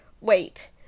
Wait